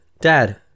Dad